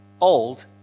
old